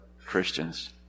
christians